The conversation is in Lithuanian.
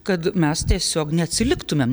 kad mes tiesiog neatsiliktumėm